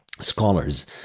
scholars